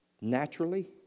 naturally